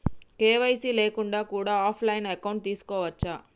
KYC లేకుండా కూడా offline account తీసుకోవచ్చా?